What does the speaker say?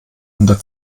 unter